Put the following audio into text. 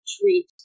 treat